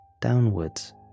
Downwards